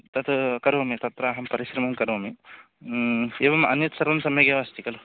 तत् करोमि तत्राहं परिश्रमं करोमि एवम् अन्यत् सर्वं सम्यगेव अस्ति खलु